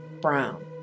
Brown